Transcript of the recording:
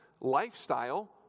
Lifestyle